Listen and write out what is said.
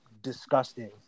disgusting